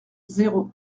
zéro